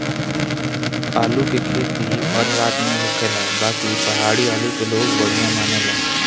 आलू के खेती हर राज में होखेला बाकि पहाड़ी आलू के लोग बढ़िया मानेला